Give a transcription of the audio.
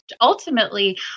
ultimately